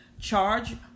Charge